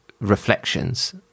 reflections